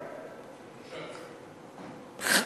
חמישה אפילו.